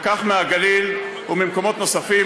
וכך מהגליל וממקומות נוספים,